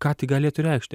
ką tai galėtų reikšti